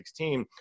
2016